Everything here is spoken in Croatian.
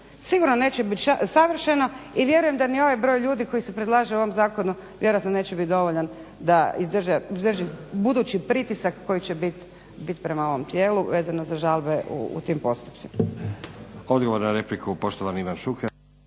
Sigurno neće biti savršeno i vjerujem da ni ovaj broj ljudi koji se predlaže u ovom zakonu vjerojatno neće biti dovoljan da izdrži budući pritisak koji će biti prema ovom tijelu vezano za žalbe u tim postupcima.